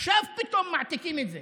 עכשיו פתאום מעתיקים את זה,